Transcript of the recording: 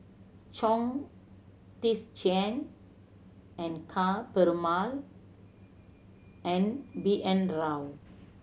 Chong Tze Chien and Ka Perumal and B N Rao